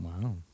wow